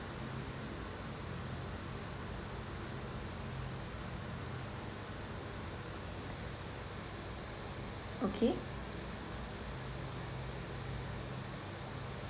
okay